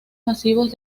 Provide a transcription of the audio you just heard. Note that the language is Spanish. masivos